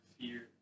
fear